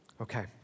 okay